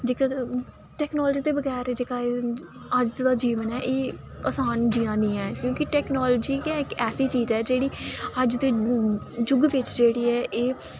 technology अज्ज दा जीवन ऐ एह् आसान जीवन निं ऐ क्योंकी टैक्नालोजी इक ऐसी चीज ऐ अज्ज दे जुद्ध बिच जेह्ड़ी ऐ